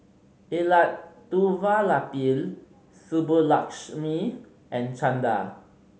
Elattuvalapil Subbulakshmi and Chanda